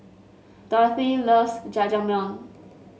Dorothy loves Jajangmyeon